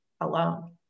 alone